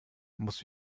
muss